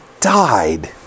died